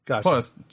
Plus